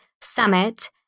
summit